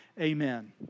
amen